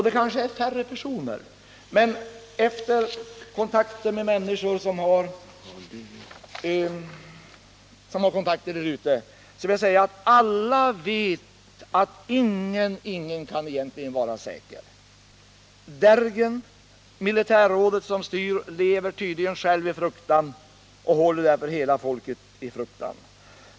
Det kanske är färre personer som försvinner nu, men efter samtal med människor som har kontakter där ute vill jag säga att alla vet att ingen egentligen kan vara säker. Dergen, militärrådet som styr, lever tydligen själv i fruktan och håller därför hela folket i fruktan.